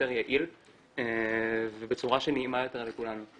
יותר יעיל ובצורה שנעימה יותר לכולנו.